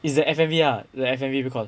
it's the F_M_V lah F_M_V recall